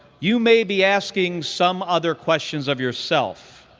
you may be asking some other questions of yourself.